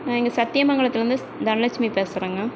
நான் இங்கே சத்தியமங்கலத்துலேருந்து தனலட்சுமி பேசுகிறேங்க